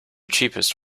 cheapest